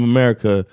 America